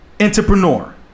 entrepreneur